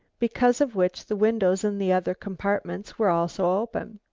because of which the windows in the other compartment were also open.